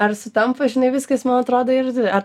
ar sutampa žinai viskas man atrodo ir